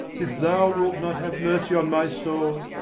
if thou wilt not have mercy on my soul,